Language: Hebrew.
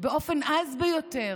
רדיפה משפטית באופן עז ביותר.